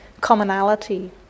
commonality